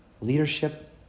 Leadership